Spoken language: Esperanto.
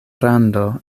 rando